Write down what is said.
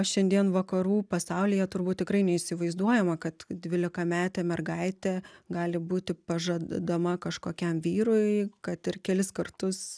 šiandien vakarų pasaulyje turbūt tikrai neįsivaizduojama kad dvylikametė mergaitė gali būti pažadama kažkokiam vyrui kad ir kelis kartus